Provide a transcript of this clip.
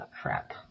crap